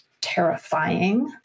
terrifying